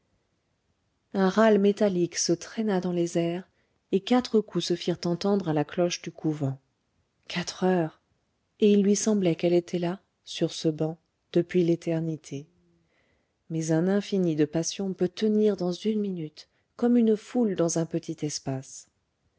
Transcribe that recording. râle métallique se traîna dans les airs et quatre coups se firent entendre à la cloche du couvent quatre heures et il lui semblait qu'elle était là sur ce banc depuis l'éternité mais un infini de passions peut tenir dans une minute comme une foule dans un petit espace